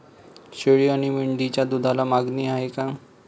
शेळी आणि मेंढीच्या दूधाला मागणी आहे का?